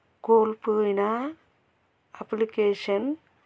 కోల్పోయిన అప్లికేషన్